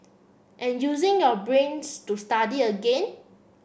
and using your brains to study again